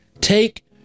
take